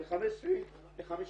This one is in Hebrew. ב-15.5.